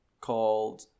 Called